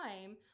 time